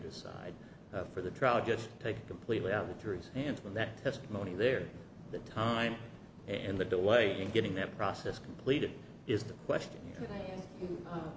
decide for the trial just take completely out of the trees and from that testimony there the time and the delay in getting that process completed is the question